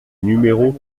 numéro